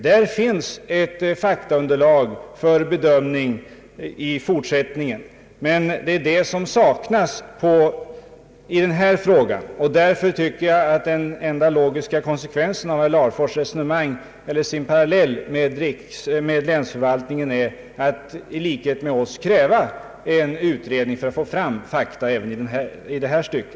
Där finns ett faktaunderlag för bedömningar i fortsättningen. Ett sådant faktaunderlag saknas i detta ärende. Därför tycker jag att den enda logiska konsekvensen av herr Larfors” parallell med länsförvaltningen är att man såsom vi gjort bör kräva en utredning för att få fram fakta även i detta ärende.